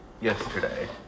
yesterday